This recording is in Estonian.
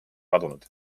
kadunud